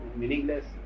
meaningless